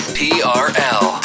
prl